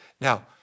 Now